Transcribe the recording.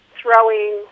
throwing